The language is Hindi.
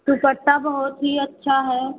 दुपट्टा बहुत ही अच्छा है